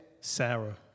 Sarah